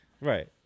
Right